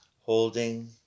holding